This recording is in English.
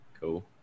Cool